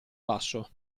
basso